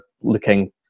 looking